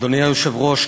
אדוני היושב-ראש,